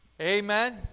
Amen